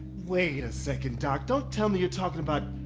wait a second, doc. don't tell me you're talking about.